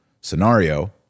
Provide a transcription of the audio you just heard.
scenario